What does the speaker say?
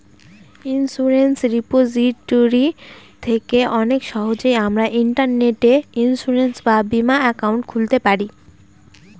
insurance repository থেকে অনেক সহজেই আমরা ইন্টারনেটে ইন্সুরেন্স বা বীমা একাউন্ট খুলতে পারি